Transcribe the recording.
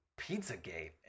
Pizzagate